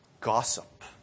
Gossip